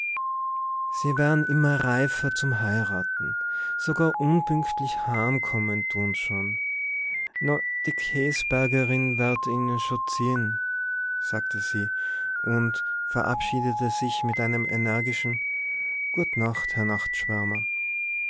sie wer'n immer reifer zum heierate sogar unbünktlich haamkomme dhun se schonn no die käsbergerin werd ihne schonn ziehe sagte sie und verabschiedete sich mit einem energischen gu'n nacht herr